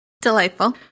Delightful